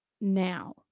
now